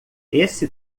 esse